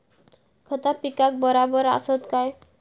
खता पिकाक बराबर आसत काय?